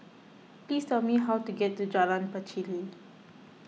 please tell me how to get to Jalan Pacheli